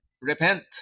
Repent